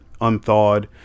unthawed